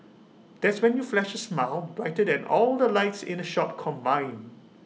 that's when you flash A smile brighter than all the lights in the shop combined